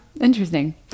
interesting